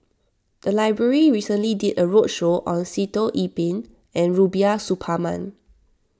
the library recently did a roadshow on Sitoh Yih Pin and Rubiah Suparman